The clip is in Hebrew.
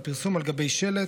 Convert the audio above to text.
על פרסום על גבי שלט,